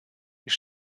ich